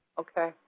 okay